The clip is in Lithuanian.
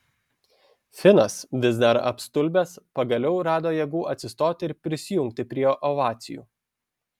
finas vis dar apstulbęs pagaliau rado jėgų atsistoti ir prisijungti prie ovacijų